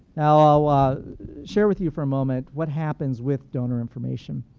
i'll ah share with you for a moment what happens with donor information.